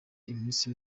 iminsi